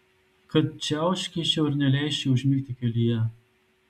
kad čiauškėčiau ir neleisčiau užmigti kelyje